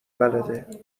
بلده